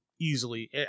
easily